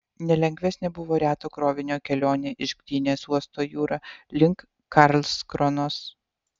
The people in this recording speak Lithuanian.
nelengvesnė buvo reto krovinio kelionė iš gdynės uosto jūra link karlskronos